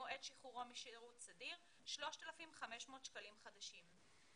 ממועד שחרורו משירות סדיר 3,500 שקלים חדשים.